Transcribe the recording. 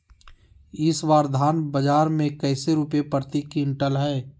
इस बार धान बाजार मे कैसे रुपए प्रति क्विंटल है?